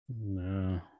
No